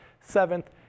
seventh